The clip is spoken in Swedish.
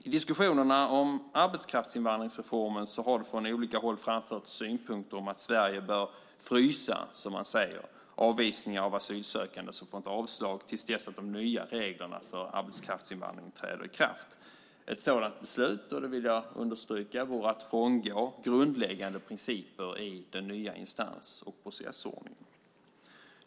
I diskussionerna om arbetskraftsinvandringsreformen har det från olika håll framförts synpunkter om att Sverige bör frysa, som man säger, avvisningar av asylsökande som fått avslag till dess att de nya reglerna för arbetskraftsinvandring träder i kraft. Ett sådant beslut - det vill jag understryka - vore att frångå grundläggande principer i den nya instans och processordningen.